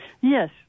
yes